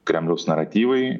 kremliaus naratyvai